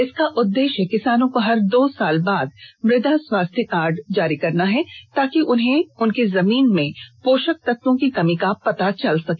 इसका उद्देश्य किसानों को हर दो साल बाद मुदा स्वास्थ्य कार्ड जारी करना है ताकि उन्हें अपनी जमीन में पोषक तत्वों की कमी का पता चल सके